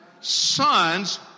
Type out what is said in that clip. sons